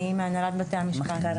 אני מהנהלת בתי המשפט.